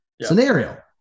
scenario